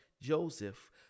Joseph